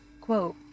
quote